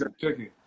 chicken